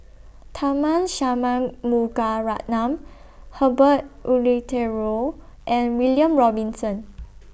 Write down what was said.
Tharman Shanmugaratnam Herbert Eleuterio and William Robinson